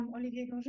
olivier